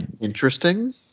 interesting